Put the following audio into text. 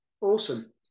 awesome